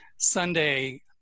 Sunday